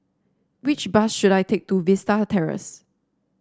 which bus should I take to Vista Terrace